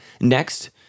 Next